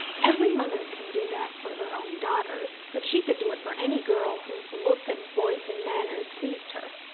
every mother can do that for her own daughters but she could do it for any girl whose look, and voice, and manners pleased her.